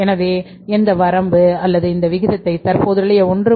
எனவே அந்த வரம்பு அல்லது அந்த விகிதத்தை தற்போதுள்ள 1